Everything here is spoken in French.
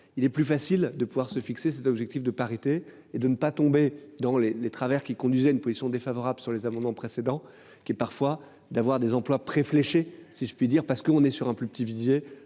il est plus facile de pouvoir se fixer cet objectif de parité et de ne pas tomber dans les travers qui conduisait une position défavorable sur les amendements précédents qui est parfois d'avoir des employes près fléché si je puis dire parce qu'on est sur un plus petit Vijay